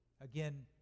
Again